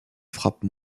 frappe